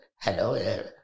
hello